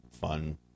fun